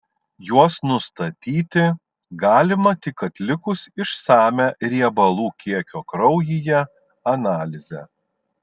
juos nustatyti galima tik atlikus išsamią riebalų kiekio kraujyje analizę